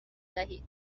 دهید